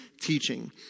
teaching